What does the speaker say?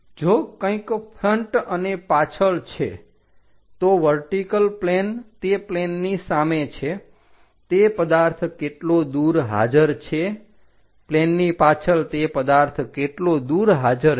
જો કંઈક ફ્રન્ટ અને પાછળ છે તો વર્ટીકલ પ્લેન તે પ્લેનની સામે છે તે પદાર્થ કેટલો દૂર હાજર છે પ્લેનની પાછળ તે પદાર્થ કેટલો દૂર હાજર છે